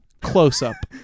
Close-up